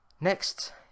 Next